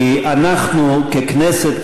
אנחנו ככנסת,